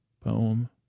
poem